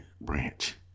Branch